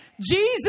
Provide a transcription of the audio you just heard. Jesus